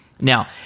Now